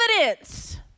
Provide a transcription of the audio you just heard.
evidence